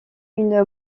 une